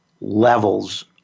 levels